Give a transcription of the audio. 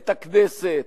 את הכנסת,